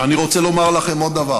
אני רוצה לומר לכם עוד דבר: